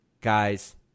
Guys